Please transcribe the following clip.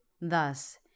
Thus